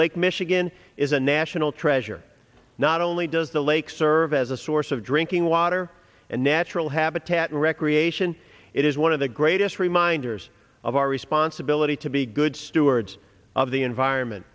lake michigan is a national treasure not only does the lake serve as a source of drinking water and natural habitat recreation it is one of the greatest reminders of our responsibility to be good stewards of the environment